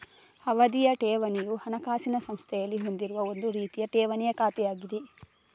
ಅವಧಿಯ ಠೇವಣಿಯು ಹಣಕಾಸಿನ ಸಂಸ್ಥೆಯಲ್ಲಿ ಹೊಂದಿರುವ ಒಂದು ರೀತಿಯ ಠೇವಣಿ ಖಾತೆಯಾಗಿದೆ